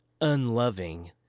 unloving